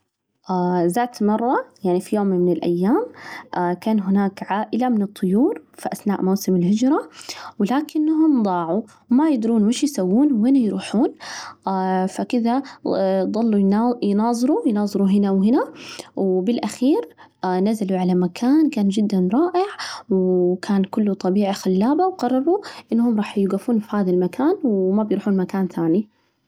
ذات مرة، يعني في يوم من الأيام، كان هناك عائلة من الطيور في أثناء موسم الهجرة، ولكنهم ضاعوا، ما يدرون وش يسوون، وين يروحون، فكذا ظلوا يناظروا، يناظروا هنا وهنا، وبالآخير نزلوا على مكان كان جداً رائع وكان كله طبيعة خلّابة، وقرروا أنهم راح يوجفون في هذا المكان وما بيروحون مكان ثاني.